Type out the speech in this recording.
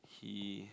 he